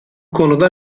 konuda